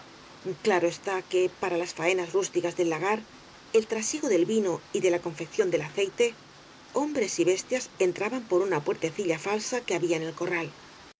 claro está que para las faenas rústicas del lagar del trasiego del vino y de la confección del aceite hombres y bestias entraban por una puertecilla falsa que había en el corral en